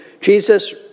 Jesus